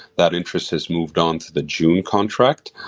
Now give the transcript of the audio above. that interest has moved on to the june contract,